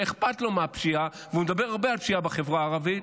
שאכפת לו מהפשיעה והוא מדבר הרבה על פשיעה בחברה הערבית,